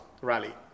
Rally